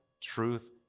truth